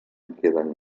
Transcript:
queden